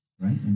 Right